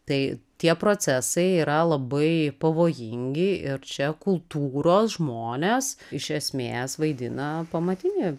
tai tie procesai yra labai pavojingi ir čia kultūros žmonės iš esmės vaidina pamatinį